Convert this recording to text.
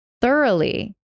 thoroughly